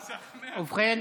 ובכן,